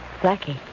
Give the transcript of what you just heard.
Blackie